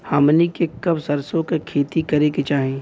हमनी के कब सरसो क खेती करे के चाही?